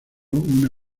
una